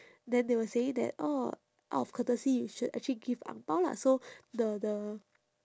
then they were saying that oh out of courtesy you should actually give ang bao lah so the the